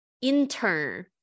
Intern